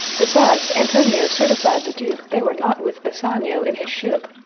besides, antonio certified the duke they were not with bassanio in his ship.